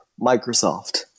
Microsoft